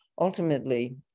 ultimately